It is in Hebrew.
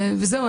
וזהו,